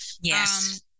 yes